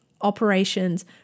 operations